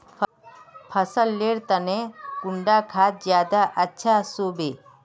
फसल लेर तने कुंडा खाद ज्यादा अच्छा सोबे?